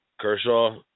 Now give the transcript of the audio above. Kershaw